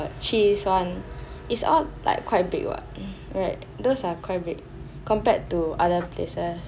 actually even 他们的 cheese one is all like quite big what right those are quite big compared to other places